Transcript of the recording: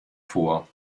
vor